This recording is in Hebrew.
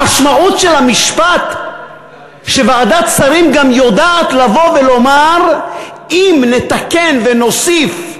המשמעות של המשפט היא שוועדת שרים גם יודעת לבוא ולומר שאם נתקן ונוסיף,